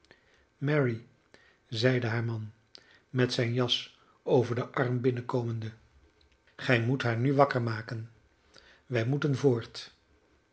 mary zeide haar man met zijn jas over den arm binnenkomende gij moet haar nu wakker maken wij moeten voort